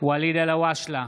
ואליד אלהואשלה,